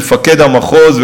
מפקד המחוז,